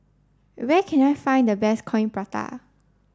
where can I find the best coin Prata